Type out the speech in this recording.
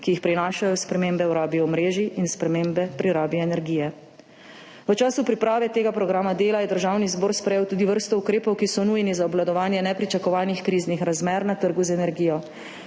ki jih prinašajo spremembe v rabi omrežij in spremembe pri rabi energije. V času priprave tega programa dela je Državni zbor sprejel tudi vrsto ukrepov, ki so nujni za obvladovanje nepričakovanih kriznih razmer na trgu z energijo.